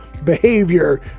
behavior